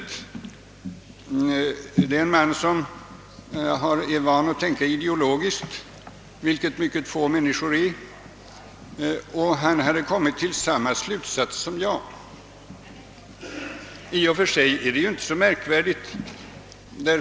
Det gällde en man som var van att tänka ideologiskt — vilket mycket få människor är — och han hade kommit till samma slutsats som jag. I och för sig är det emellertid inte så märkvärdigt.